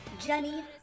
Jenny